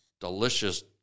delicious